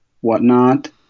whatnot